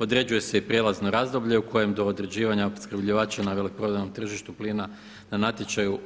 Određuje se i prijelazno razdoblje u kojem do određivanja opskrbljivača na veleprodajnom tržištu plina na natječaju